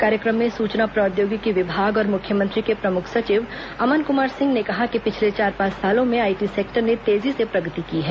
कार्यक्रम में सुचना प्रौद्योगिकी विभाग और मुख्यमंत्री के प्रमुख सचिव अमन कुमार सिंह ने कहा कि पिछले चार पांच सालों में आईटी सेक्टर ने तेजी से प्रगर्ति की है